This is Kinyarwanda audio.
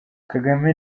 kagame